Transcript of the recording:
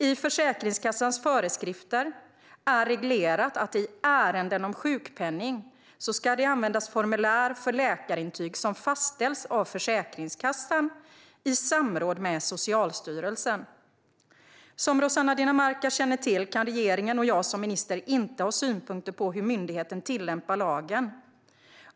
I Försäkringskassans föreskrifter är det reglerat att i ärenden om sjukpenning ska det formulär för läkarintyg som fastställts av Försäkringskassan i samråd med Socialstyrelsen användas. Som Rossana Dinamarca känner till kan regeringen och jag som minister inte ha synpunkter på hur myndigheten tillämpar lagen.